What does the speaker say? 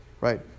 right